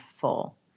full